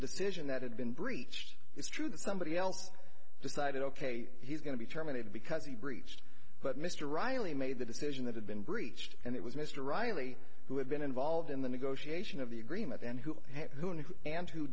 decision that had been breached it's true that somebody else decided ok he's going to be terminated because he breached but mr reilly made the decision that had been breached and it was mr riley who had been involved in the negotiation of the agreement then who who knew and who